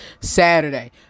Saturday